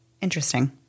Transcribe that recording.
Interesting